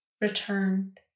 returned